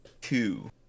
Two